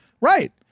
Right